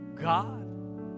God